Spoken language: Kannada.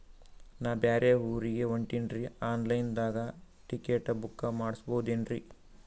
ನಾ ಬ್ಯಾರೆ ಊರಿಗೆ ಹೊಂಟಿನ್ರಿ ಆನ್ ಲೈನ್ ದಾಗ ಟಿಕೆಟ ಬುಕ್ಕ ಮಾಡಸ್ಬೋದೇನ್ರಿ?